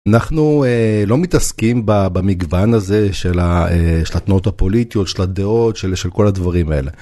אנחנו לא מתעסקים במגוון הזה של התנועות הפוליטיות, של הדעות, של כל הדברים האלה.